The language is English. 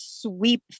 Sweep